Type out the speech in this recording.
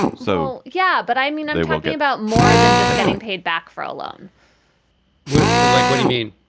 so, yeah but i mean, they won't get about more than just getting paid back for a loan would like what do you mean?